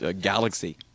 galaxy